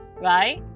right